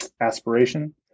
aspiration